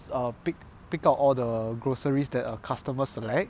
err pick pick out all the groceries that our customers select